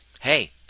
hey